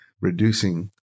reducing